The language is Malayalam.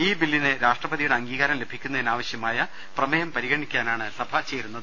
ഈ ബില്ലിന് രാഷ്ട്രപതിയുടെ അംഗീകാരം ലഭിക്കുന്നതിന് ആവശ്യമായ പ്രമേയം പരിഗണിക്കാനാണ് സഭ ചേരുന്നത്